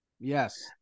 Yes